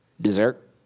dessert